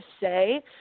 say